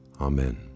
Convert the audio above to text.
Amen